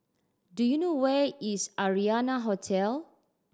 do you know where is Arianna Hotel